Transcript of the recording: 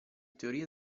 teorie